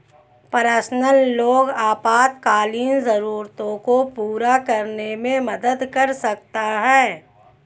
personal loan आपातकालीन जरूरतों को पूरा करने में मदद कर सकता है